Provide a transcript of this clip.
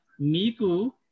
miku